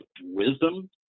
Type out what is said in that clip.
Wisdom